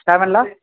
काय म्हणाला